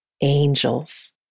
angels